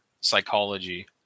psychology